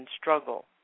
struggle